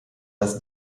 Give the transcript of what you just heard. das